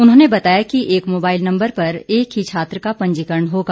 उन्होंने बताया कि एक मोबाइल नंबर पर एक ही छात्र का पंजीकरण होगा